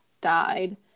died